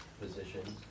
positions